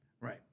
Right